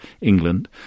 England